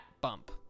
Bump